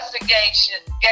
investigation